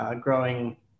Growing